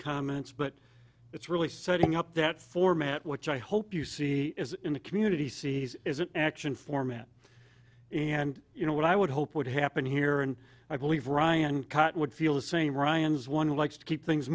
comments but it's really setting up that format which i hope you see in the community sees action format and you know what i would hope would happen here and i believe ryan cut would feel the same ryan's one likes to keep things